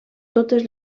totes